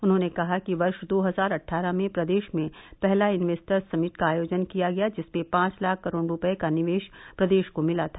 उन्होंने कहा कि वर्ष दो हजार अट्ठारह में प्रदेश में पहला इनवेस्टर्स समिट का आयोजन किया गया जिसमें पांच लाख करोड़ रूपये का निवेश प्रदेश को मिला था